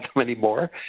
anymore